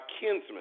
kinsmen